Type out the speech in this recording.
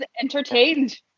entertained